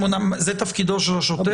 זה תפקידו של השוטר?